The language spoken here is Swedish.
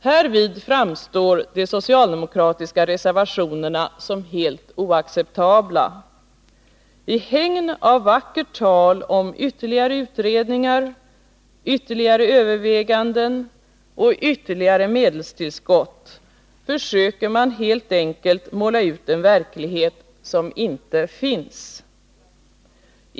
Härvid framstår de socialdemokratiska reservationerna som helt oacceptabla. I hägn av vackert tal om ytterligare utredningar, ytterligare överväganden och ytterligare medelstillskott försöker man helt enkelt måla ut en verklighet som inte finns.